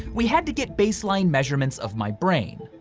we had to get baseline measurements of my brain.